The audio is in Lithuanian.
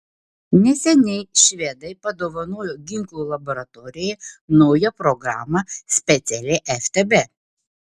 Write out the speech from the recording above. neseniai švedai padovanojo ginklų laboratorijai naują programą specialiai ftb